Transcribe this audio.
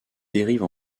dérive